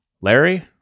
Larry